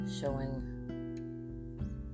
showing